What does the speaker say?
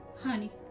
Honey